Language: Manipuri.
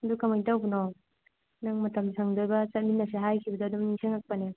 ꯑꯗꯨ ꯀꯃꯥꯏꯅ ꯇꯧꯕꯅꯣ ꯅꯪ ꯃꯇꯝ ꯁꯪꯗꯣꯏꯕ ꯆꯠꯃꯤꯟꯅꯁꯦ ꯍꯥꯏꯈꯤꯗꯨꯗ ꯑꯗꯨꯝ ꯅꯤꯡꯁꯤꯡꯉꯛꯄꯅꯦ